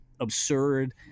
absurd